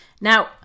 Now